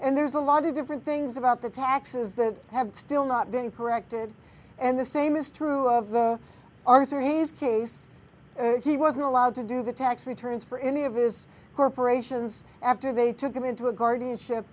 and there's a lot of different things about the taxes that have still not been corrected and the same is true of the arthur hayes case he wasn't allowed to do the tax returns for any of his corporations after they took him into a guardianship